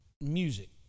music